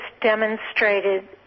demonstrated